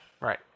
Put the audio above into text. Right